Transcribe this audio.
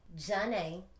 Janae